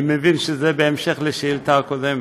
אני מבין שזה בהמשך לשאילתה הקודמת.